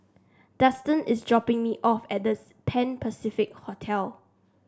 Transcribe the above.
Dustan is dropping me off at The Pan Pacific Hotel